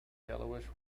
yellowish